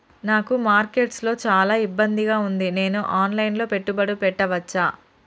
నాకు మార్కెట్స్ లో చాలా ఇబ్బందిగా ఉంది, నేను ఆన్ లైన్ లో పెట్టుబడులు పెట్టవచ్చా?